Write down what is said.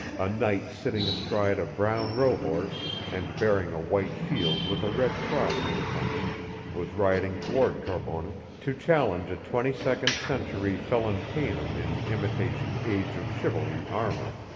a knight sitting astride a brown rohorse and bearing a white shield with a red cross in the center was riding toward carbonek to challenge a twenty-second century felon paynim in imitation age-of-chivalry armor.